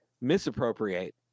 misappropriate